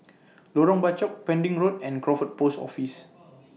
Lorong Bachok Pending Road and Crawford Post Office